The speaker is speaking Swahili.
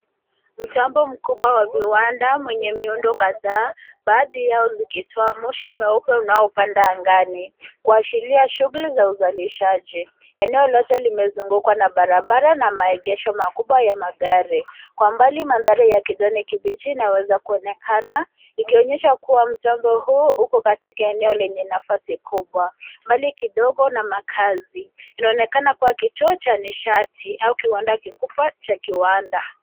Mtambo mkubwa wa viwanda mwenye miundo kadhaa baadhi yao zikitoa moshi mweupe unaopanda angani kuashiria shughuli za uzalishaji. Eneo lote limezungukwa na barabara na maegesho makubwa ya magari. Kwa mbali mandhari ya kijani kibichi inaweza kuonekana ikionyesha kuwa mchango huo uko katika eneo lenye nafasi kubwa. Mbali kidogo na makazi inaonekana kuwa kituo cha nishati au kiwanda kikubwa cha kiwanda.